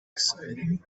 exciting